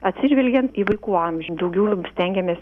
atsižvelgiant į vaikų amžių daugiau stengiamės